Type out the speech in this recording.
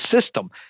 system